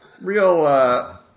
real